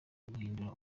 guhindura